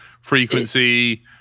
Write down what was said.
frequency